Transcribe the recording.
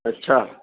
اچھا